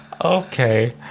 Okay